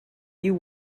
you